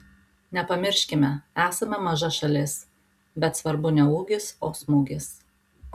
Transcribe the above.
nepamirškime esame maža šalis bet svarbu ne ūgis o smūgis